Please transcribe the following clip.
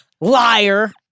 Liar